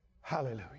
Hallelujah